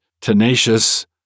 tenacious